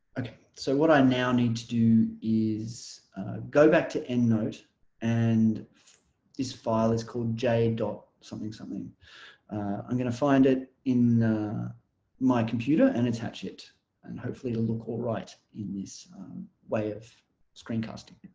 ok so what i now need to do is go back to endnote and this file is called j dot something something i'm going to find it in my computer and attach it and hopefully it'll look all right in this way of screencasting.